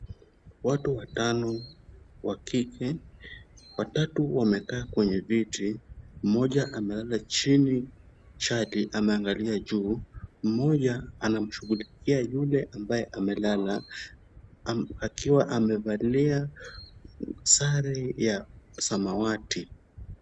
Watu watano wa kike, watatu wamekaa kwenye viti, mmoja amelala chini chali anaangalia juu. Mmoja anamshughulikia yule ambaye amelala, akiwa amevalia sare ya samawati.